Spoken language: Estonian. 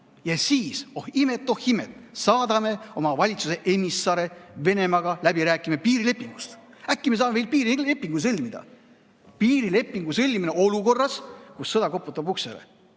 Ja siis, oh imet, oh imet, saadame oma valitsuse emissare Venemaaga läbi rääkima piirilepingu üle. Äkki me saame veel piirilepingu sõlmida? Sõlmime piirilepingu olukorras, kus sõda koputab uksele?